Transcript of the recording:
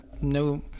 no